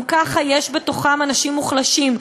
גם ככה יש בתוכם אנשים מוחלשים,